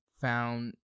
found